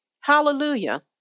Hallelujah